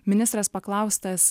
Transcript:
ministras paklaustas